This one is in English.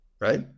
right